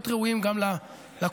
להיות ראויים גם לקורבנות,